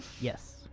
Yes